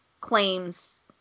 claims